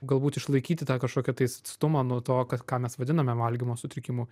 galbūt išlaikyti tą kažkokią tais atstumą nuo to ką mes vadiname valgymo sutrikimu